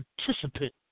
participant